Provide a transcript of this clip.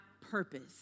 purpose